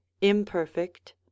imperfect